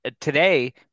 today